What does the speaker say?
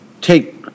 take